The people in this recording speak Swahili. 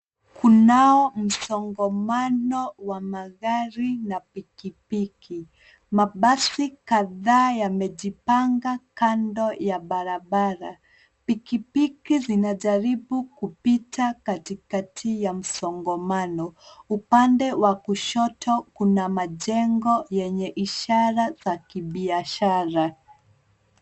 Kunao msongamano wa magari na pikipiki. Mabasi kadhaa yamejipanga kando ya barabara. Pikipiki zinajaribu kupita katikati ya msongamano. Upande wa kushoto kuna majengo yenye ishara za kibiashara.